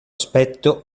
aspetto